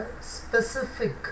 specific